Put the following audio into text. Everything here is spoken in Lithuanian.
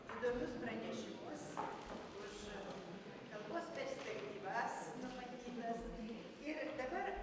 įdomius pranešimus už kalbos perspektyvas numatytas ir dabar